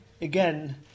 again